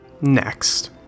Next